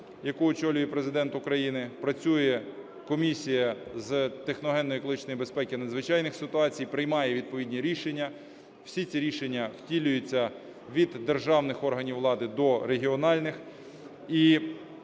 яку очолює Президент України, працює комісія з техногенно-екологічної безпеки і надзвичайних ситуацій, приймає відповідні рішення. Всі ці рішення втілюються від державних органів влади до регіональних,